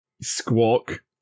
squawk